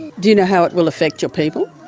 do you know how it will affect your people?